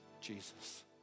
Jesus